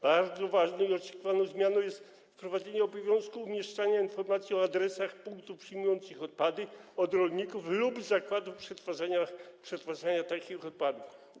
Bardzo ważną i oczekiwaną zmianą jest wprowadzenie obowiązku umieszczania informacji o adresach punktów przyjmujących odpady od rolników lub zakładów przetwarzania takich odpadów.